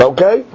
Okay